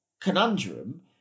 conundrum